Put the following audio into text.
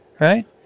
right